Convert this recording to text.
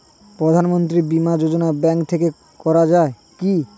প্রধানমন্ত্রী বিমা যোজনা ব্যাংক থেকে করা যায় কি?